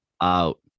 out